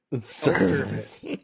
service